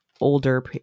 older